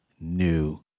new